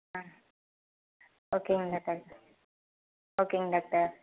ஆ ஓகேங்க டாக்டர் ஓகேங்க டாக்டர்